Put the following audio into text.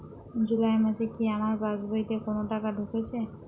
জুলাই মাসে কি আমার পাসবইতে কোনো টাকা ঢুকেছে?